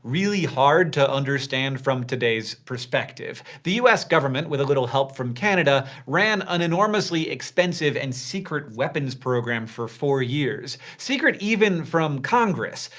really hard to understand from today's perspective the u s. government, with a little help from canada, ran an enormously expensive and secret weapons program for four years. secret even from congress.